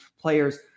players